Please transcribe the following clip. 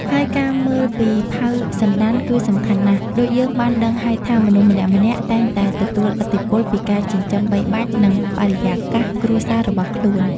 ហើយការមើលពីផៅសន្តានគឺសំខាន់ណាស់ ដូចយើងបានដឹងហើយថាមនុស្សម្នាក់ៗតែងតែទទួលឥទ្ធិពលពីការចិញ្ចឹមបីបាច់ និងបរិយាកាសគ្រួសាររបស់ខ្លួន។